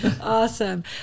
awesome